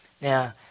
Now